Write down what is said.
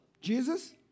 Jesus